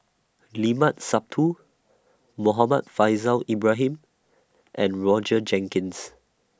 Limat Sabtu Muhammad Faishal Ibrahim and Roger Jenkins